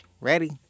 Ready